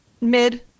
mid